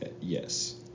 Yes